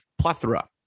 plethora